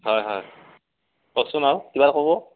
হয় হয় কওকচোন আৰু কিবা ক'ব